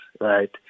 right